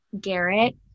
Garrett